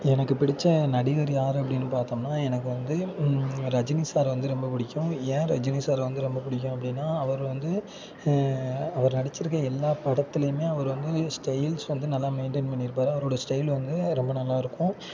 எனக்கு பிடித்த நடிகர் யார் அப்படின் பார்த்தோம்ன்னா எனக்கு வந்து ரஜினி சார் வந்து ரொம்ப பிடிக்கும் ஏன் ரஜினி சாரை வந்து ரொம்ப பிடிக்கும் அப்படின்னா அவர் வந்து அவர் நடித்திருக்க எல்லா படத்துலேயுமே அவர் வந்து ஸ்டைல்ஸ் வந்து நல்லா மெயின்டெய்ன் பண்ணிருப்பார் அவரோடய ஸ்டைல் வந்து ரொம்ப நல்லாயிருக்கும்